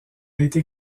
été